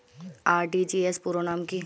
RTGS পুরো নাম কি?